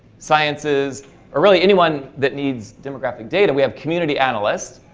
sciences early anyone that needs demographic data we have community analysts